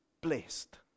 blessed